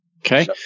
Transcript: Okay